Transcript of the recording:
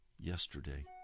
yesterday